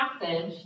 passage